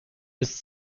bis